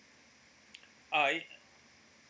ah it